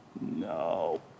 No